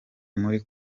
muri